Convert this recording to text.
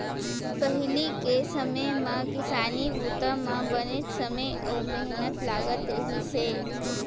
पहिली के समे म किसानी बूता म बनेच समे अउ मेहनत लागत रहिस हे